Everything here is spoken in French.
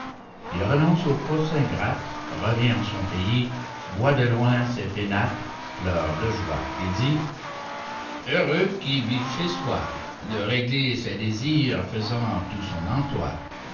il renonce aux courses ingrates revient en son pays voit de loin ses pénates pleure de joie et dit heureux qui vit chez soi de régler ses désirs faisant tout son emploi